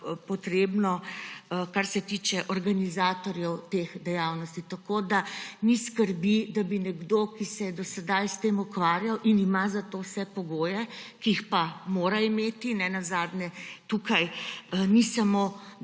kar se tiče organizatorjev teh dejavnosti. Ni skrbi, da bi izpadel nekdo, ki se je do sedaj s tem ukvarjal in ima za to vse pogoje, ki jih pa mora imeti, ne nazadnje tukaj ni samo dobro